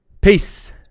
Peace